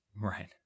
Right